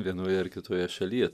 vienoje ar kitoje šalyje